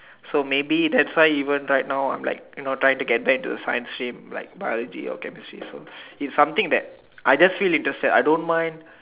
so maybe thats why even right now I'm like you know trying to get back into science stream like biology or chemistry so it's something that I just feel interested I don't mind